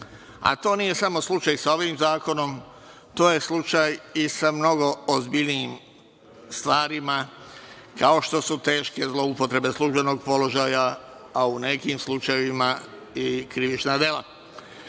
a to nije samo slučaj sa ovim zakonom, to je slučaj i sa mnogo ozbiljnijim stvarima, kao što su teške zloupotrebe službenog položaja, a u nekim slučajevima i krivična dela.